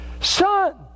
son